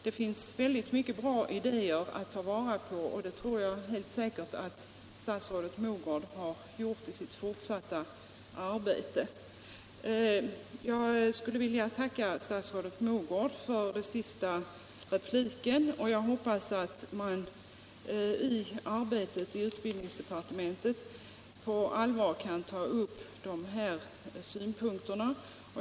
Det finns mycket bra idéer att ta vara på, och det tror jag att statsrådet Mogård gör i sitt fortsatta arbete. Jag skulle vilja tacka statsrådet Mogård för den senaste repliken, och jag hoppas att man i arbetet i utbildningsdepartementet på allvar kan ta upp de här synpunkterna.